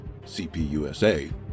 CPUSA